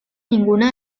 ninguna